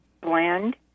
blend